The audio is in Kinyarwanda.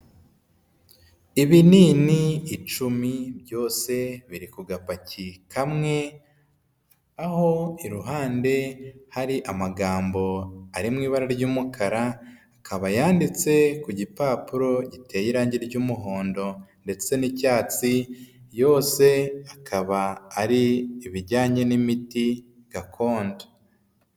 Ibinini icumi byose biri ku gapaki kamwe aho iruhande hari amagambo ari mu ibara ry'umukara akaba yanditse ku gipapuro giteye irange ry'umuhondo ndetse n'icyatsi yose akaba ari ibijyanye n'imiti gakondo.